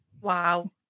Wow